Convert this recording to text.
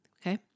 Okay